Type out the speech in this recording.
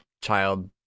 child